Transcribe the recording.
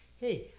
hey